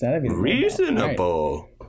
Reasonable